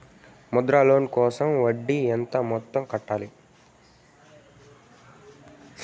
Mudra loan కోసం వడ్డీ ఎంత మొత్తం కట్టాలి